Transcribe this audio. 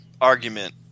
argument